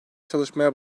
çalışmaya